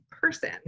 person